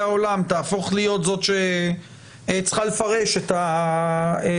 העולם תהפוך להיות זו שצריכה לפרש את החוק.